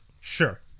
Sure